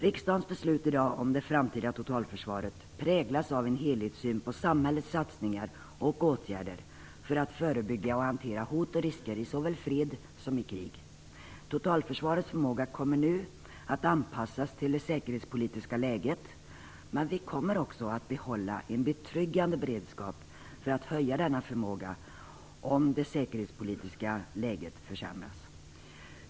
Riksdagens beslut i dag om det framtida totalförsvaret präglas av en helhetssyn på samhällets satsningar och åtgärder för att förebygga och hantera hot och risker såväl i fred som i krig. Totalförsvarets förmåga kommer nu att anpassas till det säkerhetspolitiska läget, men vi kommer också att behålla en betryggande beredskap för att höja denna förmåga om det säkerhetspolitiska läget försämras.